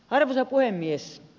arvoisa puhemies